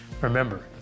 Remember